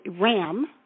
Ram